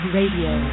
Radio